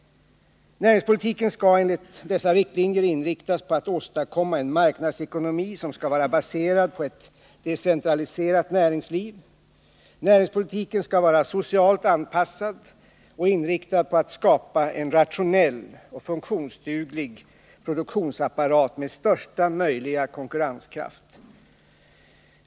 Näringspolitiken skall enligt dessa riktlinjer inriktas på att åstadkomma en marknadsekonomi som skall vara baserad på ett decentraliserat näringsliv. Näringspolitiken skall vara socialt anpassad och inriktad på att skapa en rationell och funktionsduglig produktionsapparat med största möjliga konkurrenskraft.